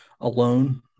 alone